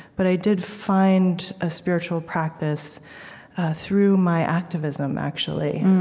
but i did find a spiritual practice through my activism, actually.